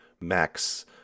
Max